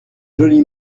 joli